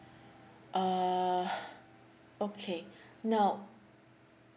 uh okay now